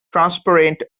transparent